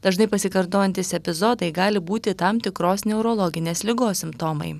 dažnai pasikartojantys epizodai gali būti tam tikros neurologinės ligos simptomai